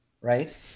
right